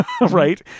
Right